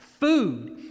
food